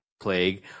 plague